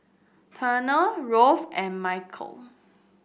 Turner Rolf and Mikeal